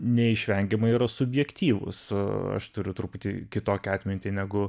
neišvengiamai yra subjektyvūs aš turiu truputį kitokią atmintį negu